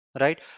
right